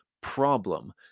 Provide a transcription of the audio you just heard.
problem